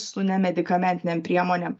su nemedikamentinėm priemonėm